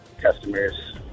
customers